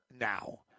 now